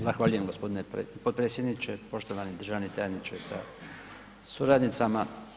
Zahvaljujem g. potpredsjedniče, poštovani državni tajniče sa suradnicama.